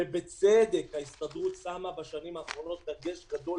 ובצדק ההסתדרות שמה בשנים האחרונות דגש גדול